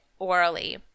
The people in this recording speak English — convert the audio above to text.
orally